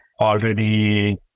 already